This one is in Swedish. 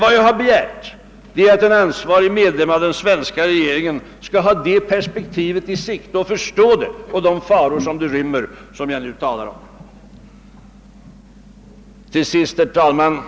Vad jag begärt är att en ansvarig medlem av den svenska regeringen skall ha det perspektiv jag här tecknat i sikte och förstå vilka faror som ligger i de situationer jag här har talat om.